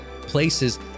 places